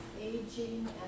Aging